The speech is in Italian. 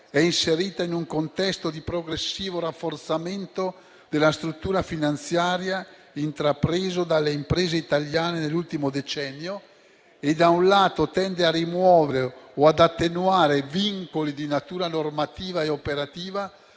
è inserita in un contesto di progressivo rafforzamento della struttura finanziaria intrapreso dalle imprese italiane nell'ultimo decennio e, da un lato, tende a rimuovere o ad attenuare vincoli di natura normativa e operativa